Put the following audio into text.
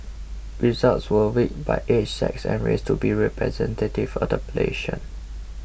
results were weighted by age sex and race to be representative of the plation